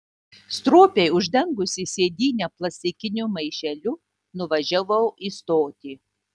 stropiai uždengusi sėdynę plastikiniu maišeliu nuvažiavau į stotį